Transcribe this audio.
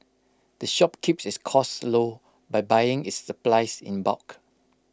the shop keeps its costs low by buying its supplies in bulk